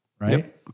right